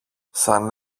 σαν